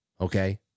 okay